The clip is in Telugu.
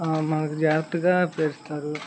మనకు జాగ్రత్తగా పేరుస్తారు